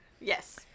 Yes